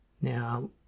Now